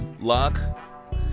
Luck